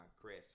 Chris